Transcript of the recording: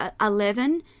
eleven